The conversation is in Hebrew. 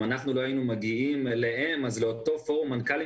אם אנחנו לא היינו מגיעים אליהם אז אותו פורום מנכ"לים